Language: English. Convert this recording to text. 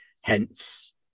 hence